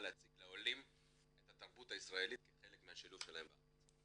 להציג לעולים את התרבות הישראלית כחלק מהשילוב שלהם בארץ.